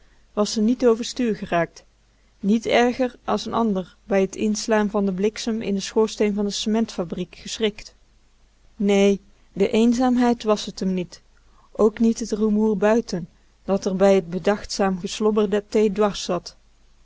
was ze niet overstuur geraakt niet erger as n ander bij t inslaan van den bliksem in den schoorsteen van de cement fabriek geschrikt nee de eenzaamheid was t m niet ook niet t rumoer buiten dat r bij t bedachtzaam geslobber der